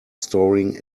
storing